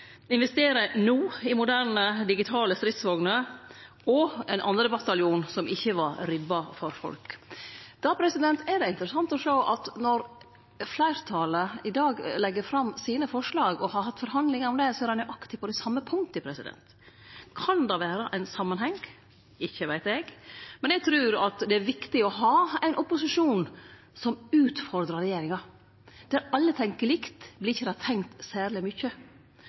no i moderne digitale stridsvogner, og ein 2. bataljon som ikkje var ribba for folk. Då er det interessant å sjå at når fleirtalet i dag legg fram sine forslag og har hatt forhandlingar om det, er det nøyaktig på dei same punkta. Kan det vere ein samanheng? Ikkje veit eg. Men eg trur at det er viktig å ha ein opposisjon som utfordrar regjeringa. Der alle tenkjer likt, vert det ikkje tenkt særleg mykje.